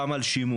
אלא גם על שימור.